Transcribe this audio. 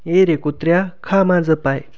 ये रे कुत्र्या खा माझं पाय